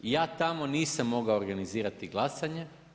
Ja tamo nisam mogao organizirati glasanje.